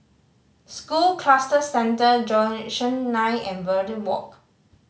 School Cluster Centre nine and Verde Walk